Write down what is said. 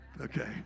Okay